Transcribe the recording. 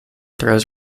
throws